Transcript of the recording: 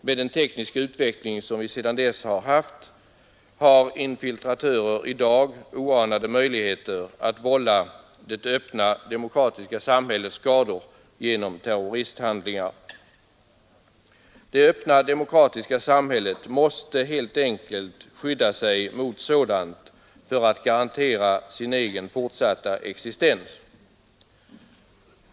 Med den tekniska utveckling som vi sedan dess haft har infiltratörer i dag oanade möjligheter att vålla det öppna demokratiska samhället skador genom terroristhandlingar. Det öppna demokratiska samhället måste helt enkelt skydda sig mot sådant för att garantera sin egen fortsatta existens!